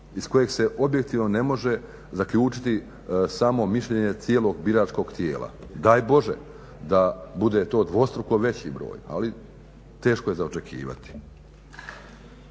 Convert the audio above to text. iz kojeg se objektivno ne može zaključiti samo mišljenje cijelog biračkog tijela. Daj Bože da bude to dvostruko veći broj, ali teško je za očekivati.